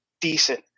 decent